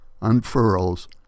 unfurls